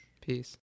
Peace